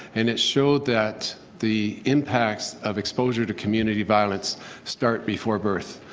and it showed that the impacts of exposure to community violence start before birth.